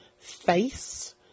face